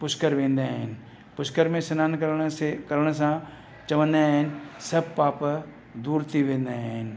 पुष्कर वेंदा आहिनि पुष्कर में सनानु करण से करण सां चवंदा आहिनि सभु पाप दूरु थी वेंदा आहिनि